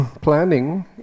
planning